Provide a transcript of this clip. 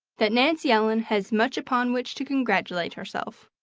that nancy ellen has much upon which to congratulate herself.